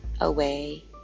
away